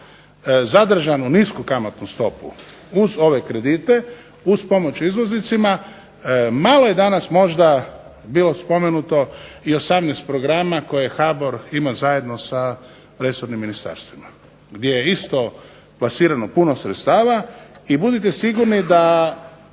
zadržanu nisku kreditnu stopu, uz ove kredite, uz pomoć izvoznicima malo je danas možda spomenuto i 18 programa koje HBOR ima zajedno sa ministarstvima gdje je isto plasirano puno sredstava i budite sigurni da